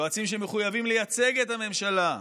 יועצים שמחויבים לייצג את הממשלה,